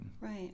Right